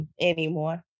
anymore